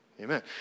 amen